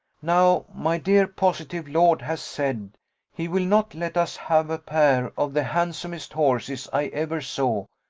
now my dear positive lord has said he will not let us have a pair of the handsomest horses i ever saw,